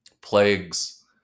plagues